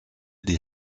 die